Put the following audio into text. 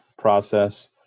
process